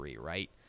right